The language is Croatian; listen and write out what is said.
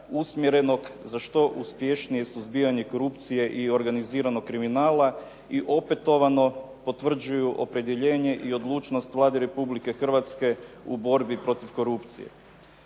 usmjerenog za što uspješnije suzbijanje korupcije i organiziranog kriminala i opetovano potvrđuju opredjeljenje i odlučnost Vlade Republike Hrvatske u borbi protiv korupcije.